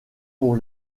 pour